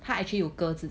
part actually you 个子